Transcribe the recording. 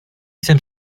jsem